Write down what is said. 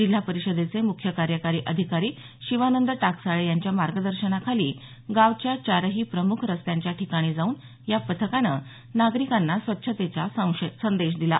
जिल्हा परिषदेचे मुख्य कार्यकारी अधिकारी शिवानंद टाकसाळे यांच्या मार्गदर्शनाखाली गावाच्या चारही प्रमुख रस्त्यांच्या ठिकाणी जाऊन या पथकानं नागरिकांना स्वच्छतेचा संदेश दिला